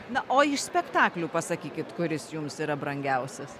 na o iš spektaklių pasakykit kuris jums yra brangiausias